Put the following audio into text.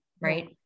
right